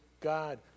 God